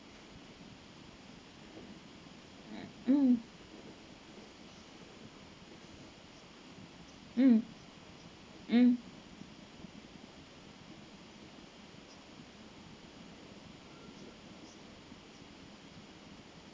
mm mm mm